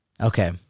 Okay